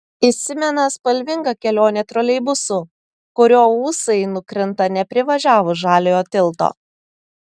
įsimena spalvinga kelionė troleibusu kurio ūsai nukrinta neprivažiavus žaliojo tilto